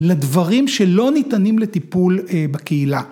לדברים שלא ניתנים לטיפול בקהילה.